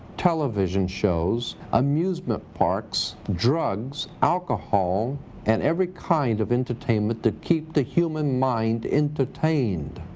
television shows, amusement parks, drugs, alcohol and every kind of entertainment, to keep the human mind entertained.